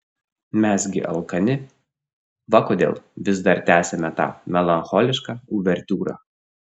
mes gi alkani va kodėl vis dar tęsiame tą melancholišką uvertiūrą